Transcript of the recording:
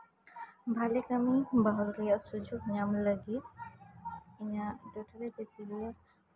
ᱵᱷᱟᱞᱮ ᱠᱟ ᱢᱤ ᱵᱟᱦᱟᱞ ᱨᱮᱭᱟᱜ ᱥᱩᱡᱳᱜᱽ ᱧᱟᱢ ᱞᱟ ᱜᱤᱫ ᱤᱧᱟ ᱜ ᱞᱚᱴᱟᱨᱤ ᱴᱚᱠᱚᱴ ᱨᱮ